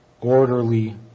orderly